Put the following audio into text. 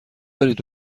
دارید